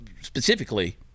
specifically